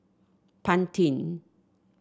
pantene